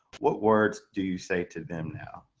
what words do you say to them now.